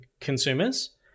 consumers